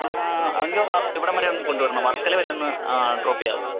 uncle ഇവിടം വരെ ഒന്ന് കൊണ്ടുവരണം വർക്കല വരെയൊന്ന് ഡ്രോപ്പ് ചെയ്യാമോ